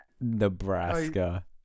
Nebraska